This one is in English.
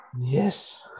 Yes